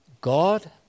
God